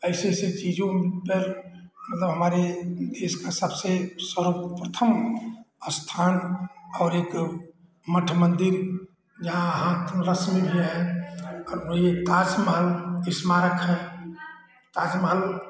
ऐसे ऐसे चीजों पर मतलब हमारे देश का सबसे सर्व प्रथम स्थान और एक मठ मंदिर यहाँ हाथरस में भी है और ये ताजमहल स्मारक है ताजमहल